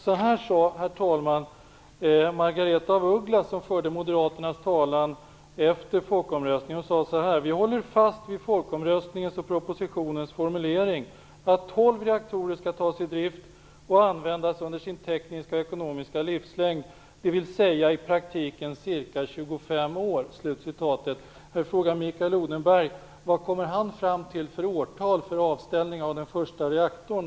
Så här sade Margaretha af Ugglas, som förde Moderaternas talan efter folkomröstningen: Vi håller fast vid folkomröstningens och propositionens formulering, att 12 reaktorer skall tas i drift och användas under sin tekniska och ekonomiska livslängd, dvs. i praktiken ca 25 år. Jag frågar: Vad kommer Mikael Odenberg fram till för årtal för avställning av den första reaktorn?